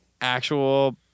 actual